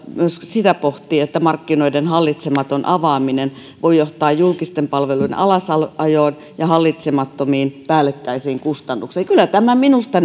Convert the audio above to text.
sitä että markkinoiden hallitsematon avaaminen voi johtaa julkisten palveluiden alasajoon ja hallitsemattomiin päällekkäisiin kustannuksiin kyllä tämä minusta